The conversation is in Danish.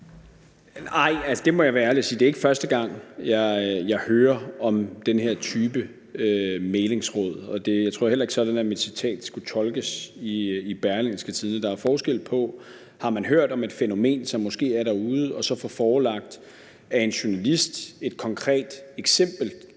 Jeg må være ærlig og sige, at det ikke er første gang, jeg hører om den her type mæglingsråd, og det er heller sådan, mit citat i Berlingske Tidende skulle tolkes. Der er forskel på, om man har hørt om et fænomen, som måske er derude, og så at få forelagt et konkret eksempel